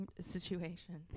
situation